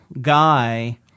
guy